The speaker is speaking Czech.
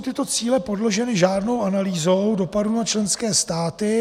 Tyto cíle nejsou podloženy žádnou analýzou dopadu na členské státy.